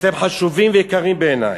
אתם חשובים ויקרים בעיני.